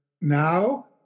Now